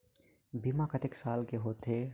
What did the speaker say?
बीमा कतेक साल के होथे?